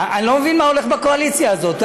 אני לא מבין מה הולך בקואליציה הזאת,